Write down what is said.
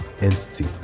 entity